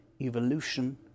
evolution